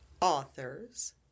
authors